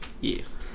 Yes